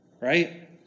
Right